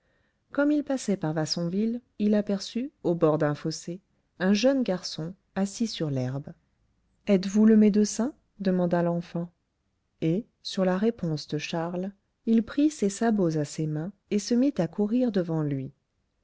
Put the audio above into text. comme il passait par vassonville il aperçut au bord d'un fossé un jeune garçon assis sur l'herbe êtes-vous le médecin demanda l'enfant et sur la réponse de charles il prit ses sabots à ses mains et se mit à courir devant lui